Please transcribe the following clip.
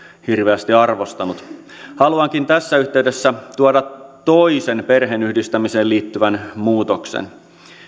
hirveästi arvostanut haluankin tässä yhteydessä tuoda toisen perheenyhdistämiseen liittyvän muutoksen